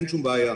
אין שום בעיה.